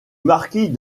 marquis